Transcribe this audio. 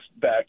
back